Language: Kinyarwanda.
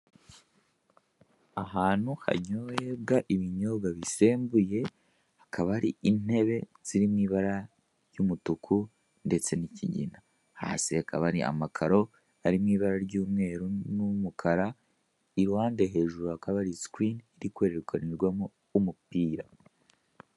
Ahantu hanyorebwa ibinyobwa bisembuye hakaba ari intebe ziri mw'ibara ry'umutuku ndetse n'ikigina hasi hakaba hari amakaro ari mw'ibara ry'umweru n'umukara iruhande hejuru hakaba hari sikirini iri kwerekanirwaho umupira.